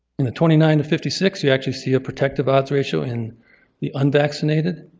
in the twenty nine fifty six you actually see a protective odds ratio in the unvaccinated.